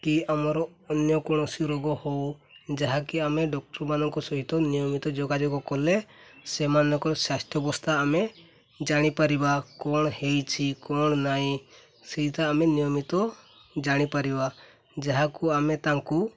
କି ଆମର ଅନ୍ୟ କୌଣସି ରୋଗ ହଉ ଯାହାକି ଆମେ ଡକ୍ଟରମାନଙ୍କ ସହିତ ନିୟମିତ ଯୋଗାଯୋଗ କଲେ ସେମାନଙ୍କର ସ୍ୱାସ୍ଥ୍ୟ ଅବସ୍ଥା ଆମେ ଜାଣିପାରିବା କ'ଣ ହେଇଛି କ'ଣ ନାହିଁ ସେଇଟା ଆମେ ନିୟମିତ ଜାଣିପାରିବା ଯାହାକୁ ଆମେ ତାଙ୍କୁ